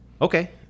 Okay